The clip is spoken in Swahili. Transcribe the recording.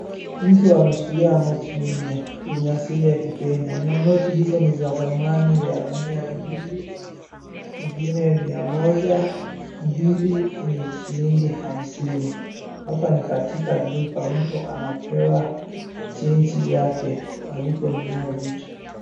Mtu ameshikilia noti nne yenye asili ya kikenya , Noti hizo ni za dhamani ya miambili ingine mia moja, mbili ni shilingi hamsini. Hapa ni katika duka mtu anapewa change aliponunua vitu.